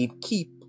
keep